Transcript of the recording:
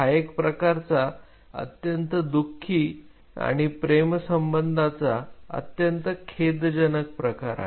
हा एक प्रकारचा अत्यंत दुःखी आणि प्रेमसंबंधाचा अत्यंत खेदजनक प्रकार आहे